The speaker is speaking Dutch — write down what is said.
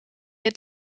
het